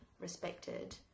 respected